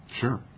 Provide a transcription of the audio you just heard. Sure